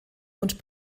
und